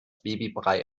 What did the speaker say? babybrei